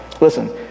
listen